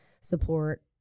support